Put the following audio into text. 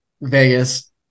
Vegas